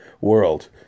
world